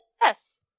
Yes